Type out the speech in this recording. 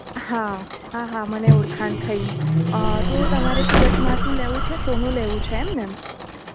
હા હા હા મને ઓળખાણ થઈ તો તમારે સુરતમાં શું લેવું છે સોનું લેવું છે એમ ને